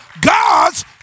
God's